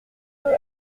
peut